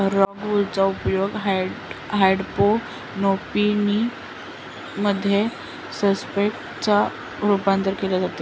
rock wool चा उपयोग hydroponics मध्ये सब्सट्रेट च्या रूपात केला जातो